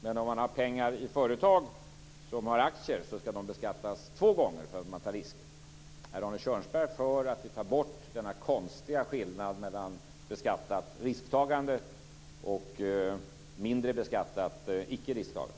Men om man satsar pengar på aktier i företag beskattas de två gånger för att man tar risker. Är Arne Kjörnsberg för att man ska ta bort denna konstiga skillnad mellan beskattat risktagande och mindre beskattat icke risktagande?